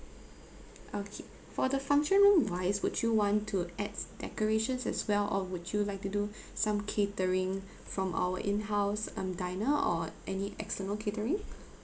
okay for the function room wise would you want to add decorations as well or would you like to do some catering from our in house um diner or any external catering